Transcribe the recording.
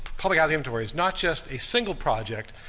public housing inventories, not just a single project,